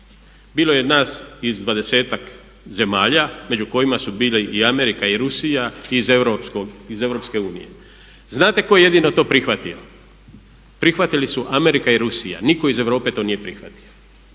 Bilo je nas iz 20-tak zemalja među kojima su bile i Amerika i Rusija iz EU. Znate tko je jedino to prihvatio? Prihvatili su Amerika i Rusija. Nitko iz Europe to nije prihvatio.